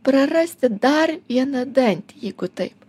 prarasti dar vieną dantį jeigu taip